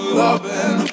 loving